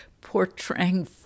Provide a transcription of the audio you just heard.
Portraying